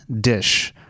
dish